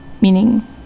meaning